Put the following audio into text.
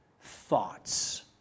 thoughts